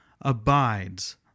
abides